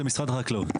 זה משרד החקלאות.